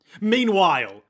Meanwhile